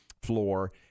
Floor